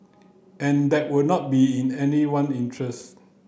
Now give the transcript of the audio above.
and that would not be in anyone interest